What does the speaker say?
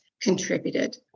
contributed